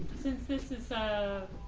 since this is a